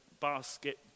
basket